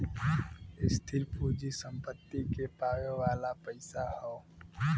स्थिर पूँजी सम्पत्ति के पावे वाला पइसा हौ